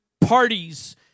parties